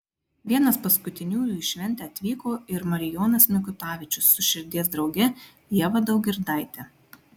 vienas paskutiniųjų į šventę atvyko ir marijonas mikutavičius su širdies drauge ieva daugirdaite